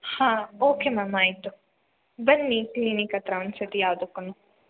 ಹಾಂ okay ma'am ಆಯಿತು ಬನ್ನಿ ಕ್ಲಿನಿಕ್ ಹತ್ರ ಒಂದುಸತಿ ಯಾವ್ದುಕ್ಕೂ